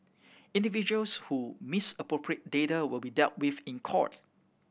individuals who misappropriate data will be dealt with in court